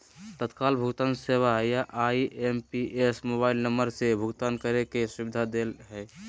तत्काल भुगतान सेवा या आई.एम.पी.एस मोबाइल नम्बर से भुगतान करे के सुविधा दे हय